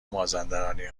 مازندرانی